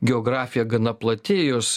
geografija gana plati jūs